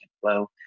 flow